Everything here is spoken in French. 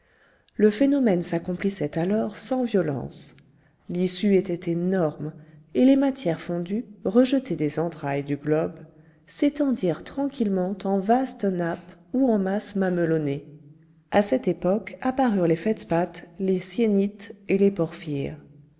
le phénomène s'accomplissait alors sans violence l'issue était énorme et les matières fondues rejetées des entrailles du globe s'étendirent tranquillement en vastes nappes ou en masses mamelonnées a cette époque apparurent les fedspaths les syénites et les porphyres